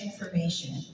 information